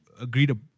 agreed